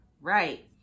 Right